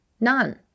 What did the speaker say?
none